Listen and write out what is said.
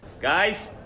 guys